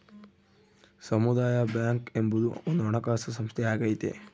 ಸಮುದಾಯ ಬ್ಯಾಂಕ್ ಎಂಬುದು ಒಂದು ಹಣಕಾಸು ಸಂಸ್ಥೆಯಾಗೈತೆ